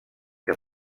que